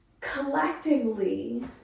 collectively